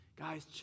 Guys